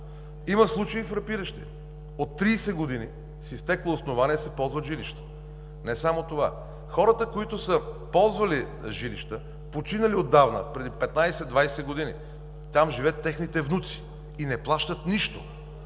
Има фрапиращи случаи. От 30 години – с изтекло основание, се ползват жилища. Не само това. Хората, които са ползвали жилища, починали отдавна – преди 15-20 години, там живеят техните внуци и не плащат нищо.